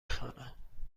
خوانم